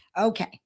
Okay